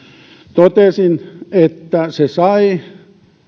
totesin että se sai